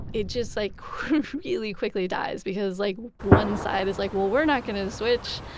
it just like really quickly dies because like one side is like, well, we're not gonna switch.